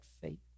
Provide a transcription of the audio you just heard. faith